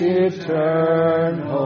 eternal